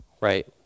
right